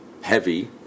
heavy